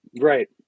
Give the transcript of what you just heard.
Right